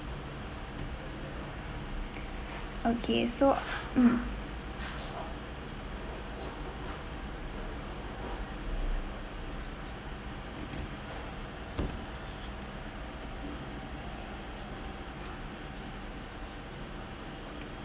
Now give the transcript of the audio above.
okay so mm